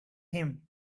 him